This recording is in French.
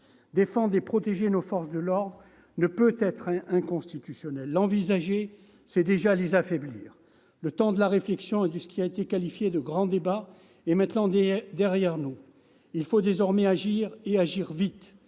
Défendre et protéger nos forces de l'ordre ne peut être inconstitutionnel ; l'envisager, c'est déjà les affaiblir ! Le temps de la réflexion et de ce qui a été qualifié de « grand débat » est maintenant derrière nous. Il faut désormais agir, et agir vite.